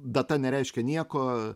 data nereiškia nieko